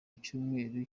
icyumweru